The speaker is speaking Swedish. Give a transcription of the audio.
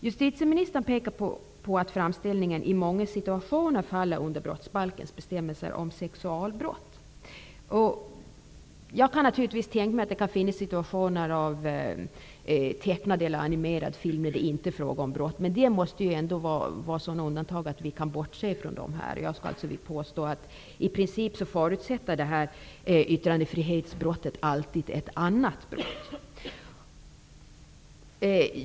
Justitieministern pekar på att framställningen i många situationer faller under brottsbalkens bestämmelser om sexualbrott. Jag kan naturligtvis tänka mig att det finns tecknad eller animerad film av detta slag där det inte är fråga om brott, men sådana undantag kan vi här bortse från. Jag vill ändå påstå att det här yttrandefrihetsbrottet i princip alltid förutsätter ett annat brott.